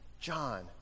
John